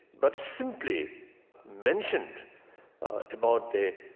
but simply mentioned about the